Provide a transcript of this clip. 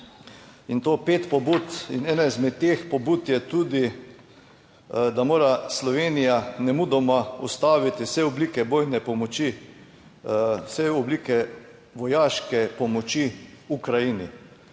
in to pet pobud in ena izmed teh pobud je tudi, da mora Slovenija nemudoma ustaviti vse oblike bojne pomoči, vse oblike vojaške pomoči Ukrajini,